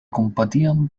competien